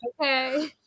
Okay